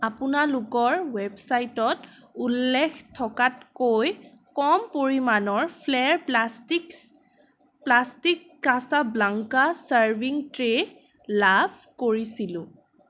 আপোনালোকৰ ৱেবচাইটত উল্লেখ থকাতকৈ কম পৰিমাণৰ Flair plastics plastic Casablanca serving tray লাভ কৰিছিলোঁ